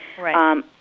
Right